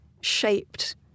shaped